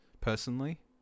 personally